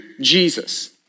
Jesus